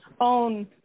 own